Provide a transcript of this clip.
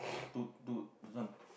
to to this one